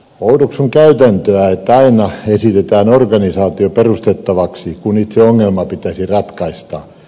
oudoksun käytäntöä että aina esitetään organisaatio perustettavaksi kun itse ongelma pitäisi ratkaista